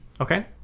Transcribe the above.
Okay